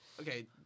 Okay